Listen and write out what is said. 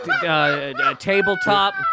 Tabletop